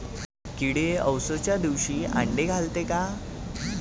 किडे अवसच्या दिवशी आंडे घालते का?